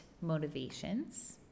motivations